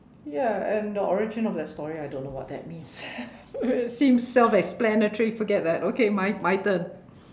ya and the origin of that story I don't know what that means it seems self explanatory forget that okay my my turn